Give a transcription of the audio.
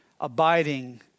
abiding